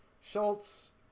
Schultz –